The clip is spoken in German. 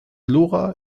lora